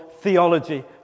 theology